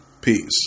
peace